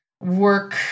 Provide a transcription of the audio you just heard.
work